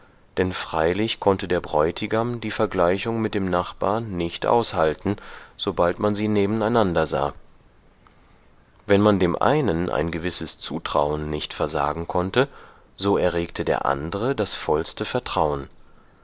denn freilich konnte der bräutigam die vergleichung mit dem nachbar nicht aushalten sobald man sie nebeneinander sah wenn man dem einen ein gewisses zutrauen nicht versagen konnte so erregte der andere das vollste vertrauen